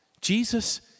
Jesus